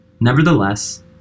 Nevertheless